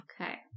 Okay